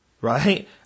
right